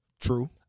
True